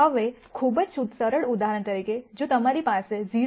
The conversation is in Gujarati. હવે ખૂબ જ સરળ ઉદાહરણ તરીકે જો તમારી પાસે 0